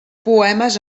poemes